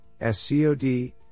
SCOD